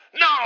No